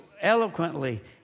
eloquently